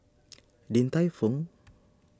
Din Tai Fung